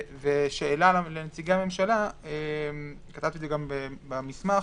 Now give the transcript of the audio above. שאלה לנציגי הממשלה, כתבתי את זה גם במסמך.